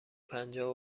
پنجاه